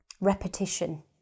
repetition